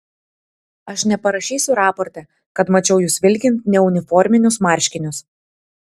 aš neparašysiu raporte kad mačiau jus vilkint neuniforminius marškinius